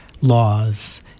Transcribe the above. laws